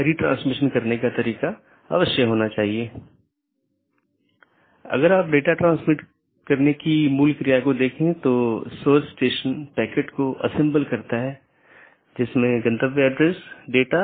network layer की जानकारी क्या है इसमें नेटवर्क के सेट होते हैं जोकि एक टपल की लंबाई और उपसर्ग द्वारा दर्शाए जाते हैं जैसा कि 14 202 में 14 लम्बाई है और 202 उपसर्ग है और यह उदाहरण CIDR रूट है